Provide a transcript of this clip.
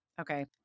Okay